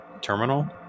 terminal